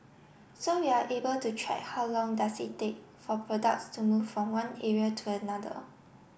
so we're able to track how long does it take for products to move from one area to another